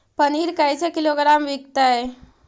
पनिर कैसे किलोग्राम विकतै?